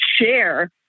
share